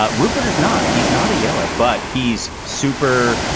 ah rupert is not he's not a yeller but he's super.